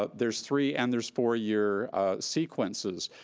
ah there's three and there's four year sequences,